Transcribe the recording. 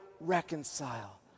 reconcile